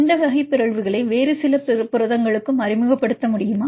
இந்த வகை பிறழ்வுகளை வேறு சில புரதங்களுக்கும் அறிமுகப்படுத்த முடியுமா